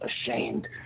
ashamed